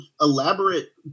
elaborate